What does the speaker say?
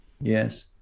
Yes